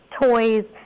toys